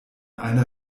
einer